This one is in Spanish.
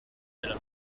ciudad